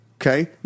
okay